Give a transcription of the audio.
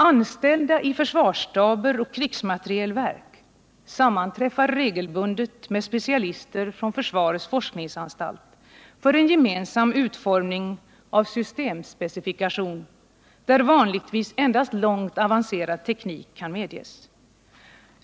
Anställda i försvarsstaber och krigsmaterielverk sammanträffar regelbundet med specialister från försvarets forskningsanstalt för en gemensam utformning av systemspecifikation där vanligtvis endast långt avancerad teknik kan medges.